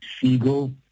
Siegel